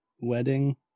wedding